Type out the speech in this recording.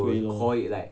对咯